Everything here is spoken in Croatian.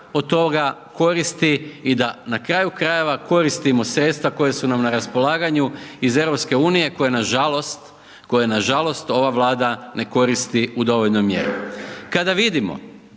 od toga koristi i da na kraju krajeva, koristimo sredstva koje su nam na raspolaganju iz EU, koje nažalost, ova vlada ne koristi u dovoljnoj mjeri. Kada vidimo